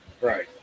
Right